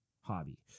hobby